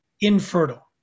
infertile